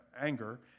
anger